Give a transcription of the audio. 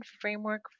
framework